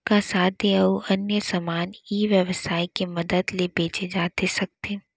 का खाद्य अऊ अन्य समान ई व्यवसाय के मदद ले बेचे जाथे सकथे?